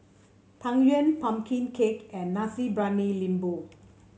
Tang Yuen pumpkin cake and Nasi Briyani Lembu